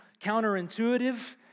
counterintuitive